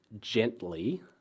gently